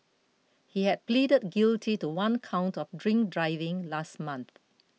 he had pleaded guilty to one count of drink driving last month